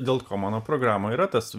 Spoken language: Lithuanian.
dėl ko mano programoj yra tas